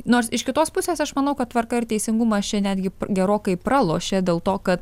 nors iš kitos pusės aš manau kad tvarka ir teisingumas čia netgi gerokai pralošia dėl to kad